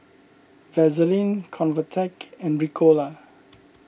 Vaselin Convatec and Ricola